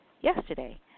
yesterday